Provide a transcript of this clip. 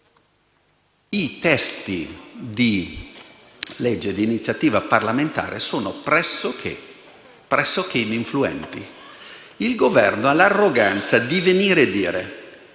disegni di legge di iniziativa parlamentare sono pressoché ininfluenti. Il Governo ha l'arroganza di adottare un decreto